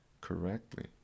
correctly